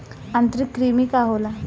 आंतरिक कृमि का होला?